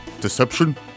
deception